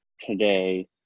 today